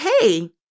hey